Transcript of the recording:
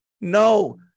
No